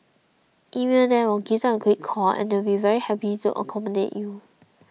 email them or give them a quick call and they will be very happy to accommodate you